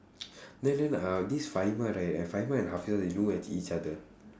then then uh this right and faheezah they know actually each other